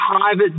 private